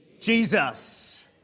Jesus